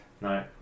No